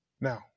now